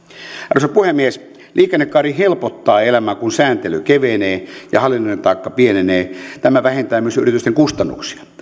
arvoisa puhemies liikennekaari helpottaa elämää kun sääntely kevenee ja hallinnollinen taakka pienenee tämä vähentää myös yritysten kustannuksia